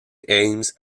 ames